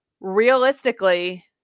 realistically